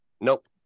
Nope